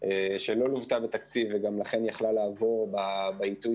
שלא לוותה בתקציב ולכן גם יכלה לעבור בעיתוי